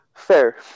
fair